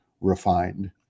refined